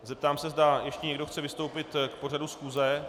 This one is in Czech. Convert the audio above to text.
Zeptám se, zda ještě někdo chce vystoupit k pořadu schůze.